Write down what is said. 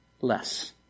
less